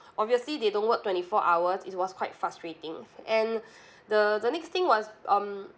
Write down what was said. obviously they don't work twenty four hours it was quite frustrating and the the next thing was um